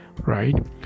right